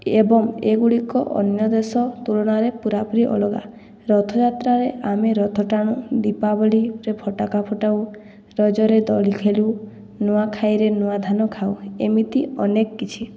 ଏବଂ ଏଗୁଡ଼ିକ ଅନ୍ୟ ଦେଶ ତୁଳନାରେ ପୂରାପୂରି ଅଲଗା ରଥଯାତ୍ରାରେ ଆମେ ରଥ ଟାଣୁ ଦୀପାବଳିରେ ଫଟାକା ଫୁଟାଉ ରଜରେ ଦୋଳି ଖେଳୁ ନୂଆଖାଇରେ ନୂଆଧାନ ଖାଉ ଏମିତି ଅନେକ କିଛି